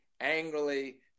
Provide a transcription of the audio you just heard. angrily